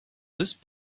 this